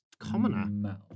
commoner